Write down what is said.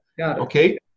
okay